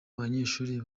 abanyeshuri